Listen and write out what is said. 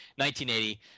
1980